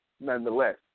nonetheless